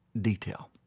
detail